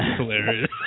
hilarious